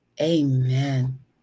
amen